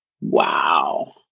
Wow